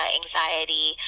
anxiety